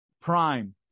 Prime